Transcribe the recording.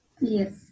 Yes